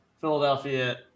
Philadelphia